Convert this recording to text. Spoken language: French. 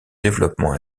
développement